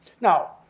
Now